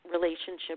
relationship